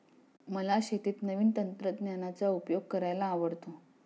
मला शेतीत नवीन तंत्रज्ञानाचा उपयोग करायला आवडतो